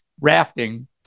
rafting